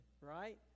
right